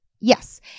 Yes